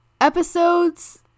episodes